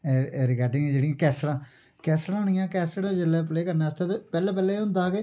recording जेह्ड़ियां कैसेटां कैसेटां होनियां कैसेट जिसलै प्ले करने आस्तै ते पैह्ले पैह्ले एह् होंदा हा के